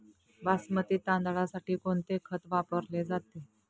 बासमती तांदळासाठी कोणते खत वापरले जाते?